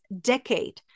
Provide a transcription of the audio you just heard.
decade